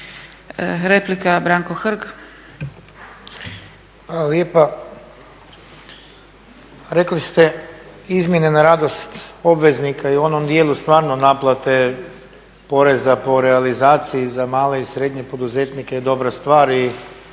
Replika, Branko Hrg.